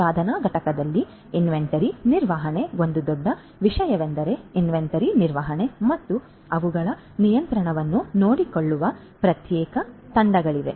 ಉತ್ಪಾದನಾ ಘಟಕಗಳಲ್ಲಿ ಇನ್ವೆಂಟರಿ ನಿರ್ವಹಣೆ ಒಂದು ದೊಡ್ಡ ವಿಷಯವೆಂದರೆ ಇನ್ವೆಂಟರಿ ನಿರ್ವಹಣೆ ಮತ್ತು ಅವುಗಳ ನಿಯಂತ್ರಣವನ್ನು ನೋಡಿಕೊಳ್ಳುವ ಪ್ರತ್ಯೇಕ ತಂಡಗಳಿವೆ